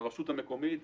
הרשות המקומית,